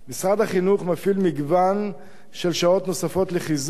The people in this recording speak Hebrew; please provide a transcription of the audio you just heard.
משרד החינוך מפעיל מגוון של שעות נוספות לחיזוק